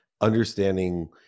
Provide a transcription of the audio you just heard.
understanding